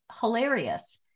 hilarious